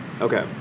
Okay